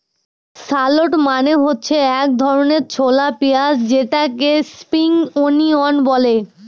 shallot মানে হচ্ছে এক ধরনের ছোলা পেঁয়াজ যেটাকে স্প্রিং অনিয়ন বলে